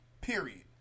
Period